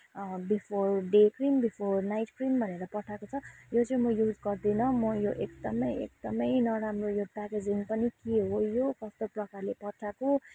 before day cream before night cream भनेर पठाएको छ यो चाहिँ म युज गर्दिनँ म यो एकदमै एकदमै नराम्रो यो प्याकेजिङ पनि के हो यो कस्तो प्रकारले पठाएको